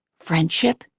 friendship.